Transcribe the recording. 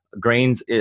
grains